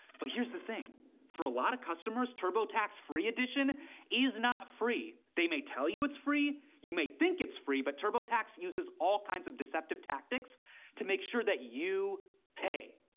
but here's the thing for a lot of customers, turbotax free edition is not free. they may tell you it's free, you may think it's free, but turbotax uses all kinds of deceptive tactics to make sure that you pay.